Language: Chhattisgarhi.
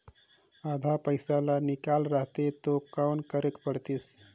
आधा पइसा ला निकाल रतें तो कौन करेके लगही?